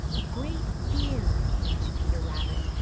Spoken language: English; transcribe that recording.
a great fear came to peter rabbit,